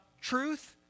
truth